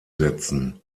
setzen